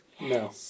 No